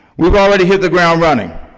we've already hit the ground running.